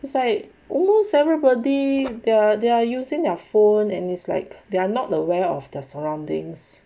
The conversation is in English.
is like almost everybody they're they're using their phone and it's like they are not aware of their surroundings